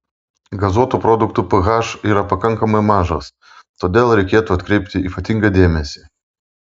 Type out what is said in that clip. gazuotų produktų ph yra pakankamai mažas todėl reikėtų atkreipti ypatingą dėmesį